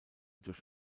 durch